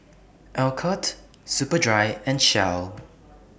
Alcott Superdry and Shell